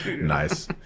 Nice